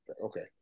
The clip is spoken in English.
Okay